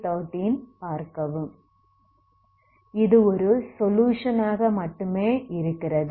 இது ஒரு சொலுயுஷன் ஆக மட்டுமே இருக்கிறது